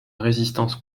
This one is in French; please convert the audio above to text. résistance